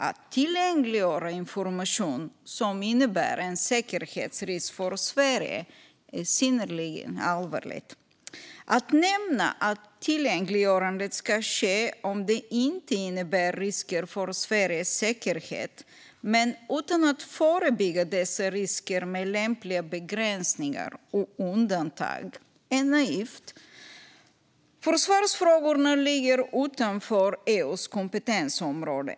Att tillgängliggöra information som innebär en säkerhetsrisk för Sverige är synnerligen allvarligt. Att nämna att tillgängliggörande ska ske om det inte innebär risker för Sveriges säkerhet men inte förebygga dessa risker med lämpliga begränsningar och undantag är naivt. Försvarsfrågorna ligger utanför EU:s kompetensområde.